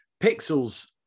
pixels